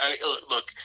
look –